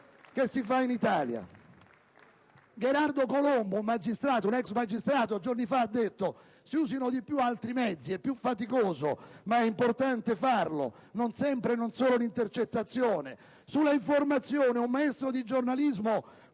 che si fa in Italia. Gherardo Colombo, un ex magistrato, giorni fa ha detto: Si usino di più altri mezzi, è più faticoso, ma è importante farlo. Non sempre e non solo l'intercettazione. Sull'informazione, un maestro di giornalismo